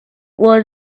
was